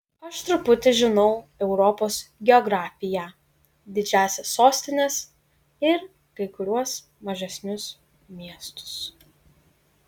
aš truputį žinau europos geografiją didžiąsias sostines ir kai kuriuos mažesnius miestus